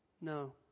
No